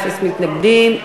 אין מתנגדים,